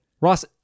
Ross